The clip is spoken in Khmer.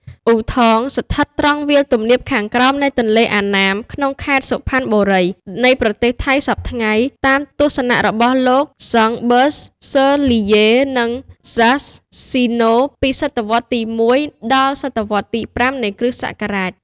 អូថង ស្ថិតត្រង់វាលទំនាបខាងក្រោមនៃទន្លេមេណាម ក្នុងខេត្ត សុផាន់បូរី នៃប្រទេសថៃសព្វថ្ងៃ តាមទស្សនរបស់លោក ហ្សង់បីសសឺលីយេ និង ហ្សហ្សីណូ ពីសតវត្សរ៍ទី១ ដល់ សតវត្សរ៍ទី៥ នៃគ្រិស្តសករាជ ។